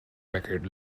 record